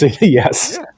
Yes